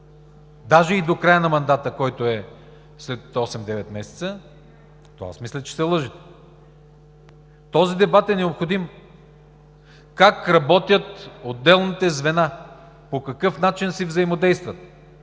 даже и до края на мандата, който е след осем-девет месеца, то аз мисля, че се лъжете! Този дебат е необходим – как работят отделните звена, по какъв начин си взаимодействат.